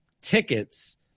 tickets